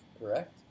correct